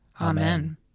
Amen